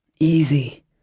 Easy